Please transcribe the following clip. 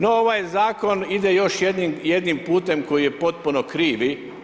No, ovaj Zakon ide još jednim putem koji je potpuno krivi.